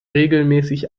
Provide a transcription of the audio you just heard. regelmäßig